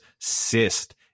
cyst